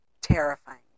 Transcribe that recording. terrifying